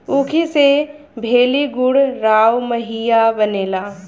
ऊखी से भेली, गुड़, राब, माहिया बनेला